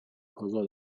合作